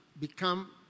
become